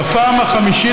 בפעם החמישית,